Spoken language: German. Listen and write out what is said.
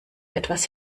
etwas